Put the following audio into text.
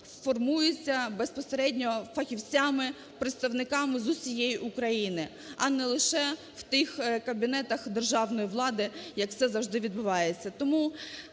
формується безпосередньо фахівцями, представниками з усієї України, а не лише в тих кабінетах державної влади як це завжди відбувається.